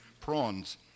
Prawns